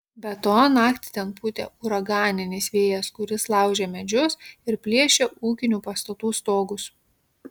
be to naktį ten pūtė uraganinis vėjas kuris laužė medžius ir plėšė ūkinių pastatų stogus